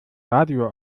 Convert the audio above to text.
radio